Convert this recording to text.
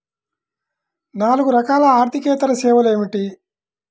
నాలుగు రకాల ఆర్థికేతర సేవలు ఏమిటీ?